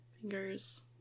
fingers